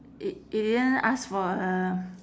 you you didn't ask for a